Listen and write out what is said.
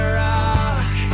rock